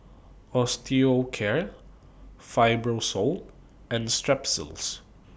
Osteocare Fibrosol and Strepsils